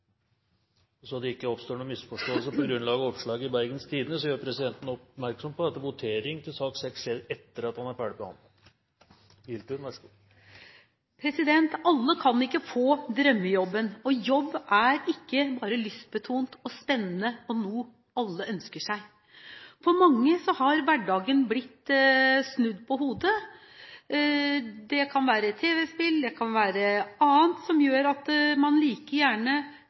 så det ikke oppstår noen misforståelser på grunnlag av oppslaget i Bergens Tidende: Presidenten gjør oppmerksom på at votering i sak nr. 6 skjer etter at den er ferdig behandlet. Alle kan ikke få drømmejobben, og jobb er ikke bare lystbetont og spennende og noe alle ønsker seg. For mange har hverdagen blitt snudd på hodet. Det kan være tv-spill, det kan være annet som gjør at man like gjerne